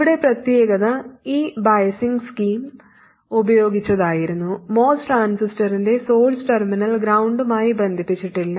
ഇവിടെ പ്രത്യേകത ഈ ബയസിംഗ് സ്കീം ഉപയോഗിച്ചതായിരുന്നു MOS ട്രാൻസിസ്റ്ററിന്റെ സോഴ്സ് ടെർമിനൽ ഗ്രൌണ്ടുമായി ബന്ധിപ്പിച്ചിട്ടില്ല